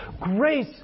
grace